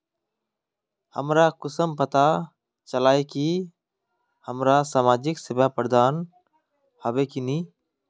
हमरा कुंसम पता चला इ की हमरा समाजिक सेवा प्रदान होबे की नहीं?